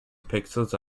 pixels